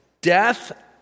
Death